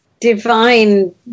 divine